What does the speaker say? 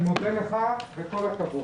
אני מודה לך וכל הכבוד.